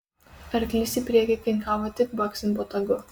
arklys į priekį kinkavo tik baksint botagu